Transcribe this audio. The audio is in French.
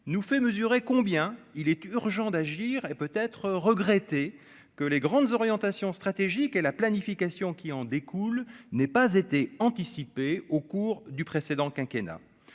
nous fait mesurer combien il est urgent d'agir, et peut être regretter que les grandes orientations stratégiques et la planification qui en découle n'ait pas été anticipé au cours du précédent quinquennat